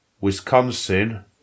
Wisconsin